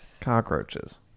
Cockroaches